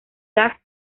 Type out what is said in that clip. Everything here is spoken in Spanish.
gas